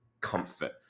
comfort